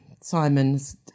Simon's